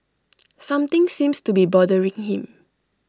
something seems to be bothering him